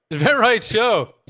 inventright show.